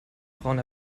frauen